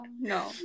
no